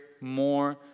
more